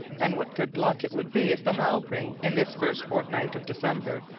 and what good luck it would be if the halbrane, in this first fortnight of december,